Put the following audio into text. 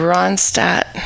Ronstadt